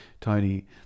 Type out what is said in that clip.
Tony